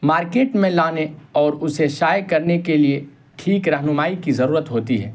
market میں لانے اور اسے شائع کرنے کے لیے ٹھیک رہنمائی کی ضرورت ہوتی ہے